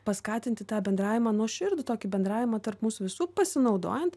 paskatinti tą bendravimą nuoširdų tokį bendravimą tarp mūsų visų pasinaudojant